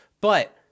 But-